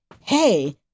hey